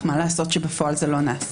אבל מה לעשות שבפועל זה לא נעשה,